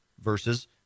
versus